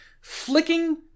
flicking